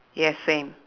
yes same